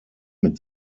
mit